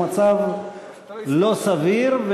הוא מצב לא סביר,